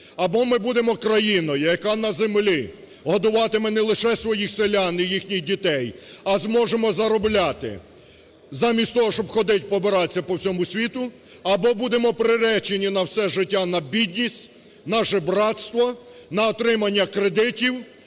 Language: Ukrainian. Або ми будемо країною, яка на землі годуватиме не лише своїх селян і їхніх дітей, а зможемо заробляти замість того, щоб ходить побираться по всьому світу, або будемо приречені на все життя на бідність, на жебрацтво, на отримання кредитів